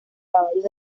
caballos